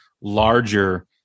larger